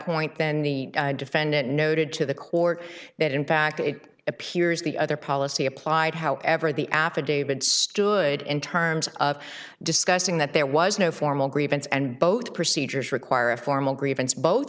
point then the defendant noted to the court that in fact it appears the other policy applied however the affidavit stood in terms of discussing that there was no formal grievance and both procedures require a formal grievance bo